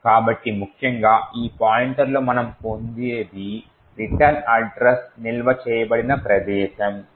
కాబట్టి ముఖ్యంగా ఈ పాయింట్ లో మనం పొందేది రిటర్న్ అడ్రస్ నిల్వ చేయబడిన ప్రదేశాన్ని రిటర్న్ సూచించడం